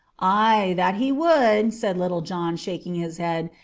ay, that he would, said little john, shaking his head.